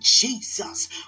Jesus